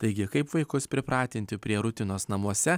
taigi kaip vaikus pripratinti prie rutinos namuose